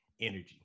energy